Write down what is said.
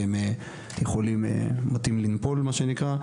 והם מטים לנפול מה שנקרא.